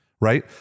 right